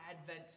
Advent